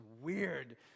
weird